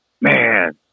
man